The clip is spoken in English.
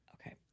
Okay